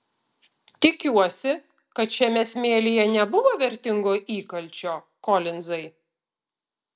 tikiuosi kad šiame smėlyje nebuvo vertingo įkalčio kolinzai